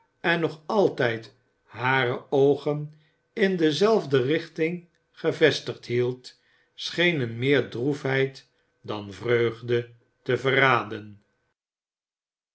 en nog altijd hare oogen in dezelfde richting gevestigd hield schenen meer droefheid dan vreugde te verraden